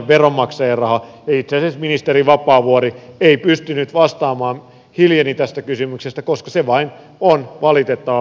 itse asiassa ministeri vapaavuori ei pystynyt vastaamaan hiljeni tästä kysymyksestä koska se vain on valitettava fakta